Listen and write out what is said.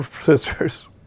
sisters